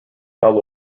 fell